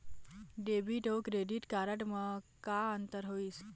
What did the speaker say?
Debit अऊ credit card म का अंतर होइस?